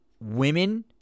women